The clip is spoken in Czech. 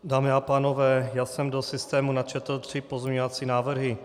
Dámy a pánové, já jsem do systému načetl tři pozměňovací návrhy.